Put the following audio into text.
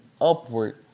upward